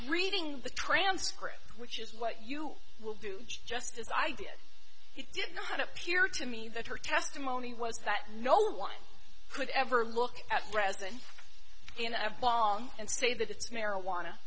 reading the transcript which is what you will do just as i did he did not appear to me that her testimony was that no one could ever look at resin in a long and say that it's marijuana